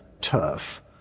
turf